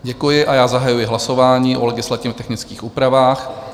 Děkuji a já zahajuji hlasování o legislativně technických úpravách.